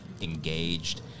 engaged